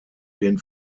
den